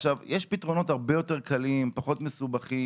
עכשיו, יש פתרונות הרבה יותר קלים, פחות מסובכים,